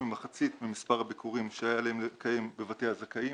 ממחצית ממספר הביקורים שהיה עליהם לקיים בבתי הזכאים.